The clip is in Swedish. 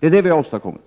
Det är det vi har åstadkommit.